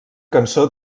cançó